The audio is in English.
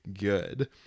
good